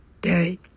day